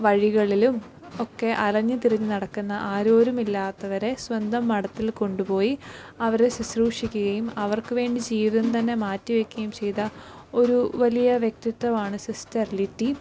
വഴികളിലും ഒക്കെ അലഞ്ഞുതിരിഞ്ഞു നടക്കുന്ന ആരോരുമില്ലാത്തവരെ സ്വന്തം മഠത്തിൽ കൊണ്ടുപോയി അവരെ ശ്രുശ്രൂഷിക്കുകയും അവർക്കുവേണ്ടി ജീവിതം തന്നെ മാറ്റിവയ്ക്കുകയും ചെയ്ത ഒരു വലിയ വ്യക്തിത്വമാണ് സിസ്റ്റർ ലിറ്റി